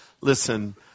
listen